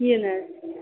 کِہیٖنۍ حَظ